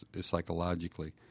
psychologically